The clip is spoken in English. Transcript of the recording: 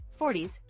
40s